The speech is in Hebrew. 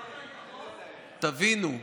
תבינו,